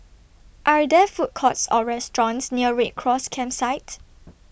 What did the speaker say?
Are There Food Courts Or restaurants near Red Cross Campsite